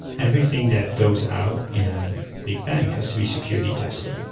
everything that goes out in a big bank has to be security tested.